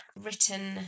written